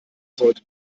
sollte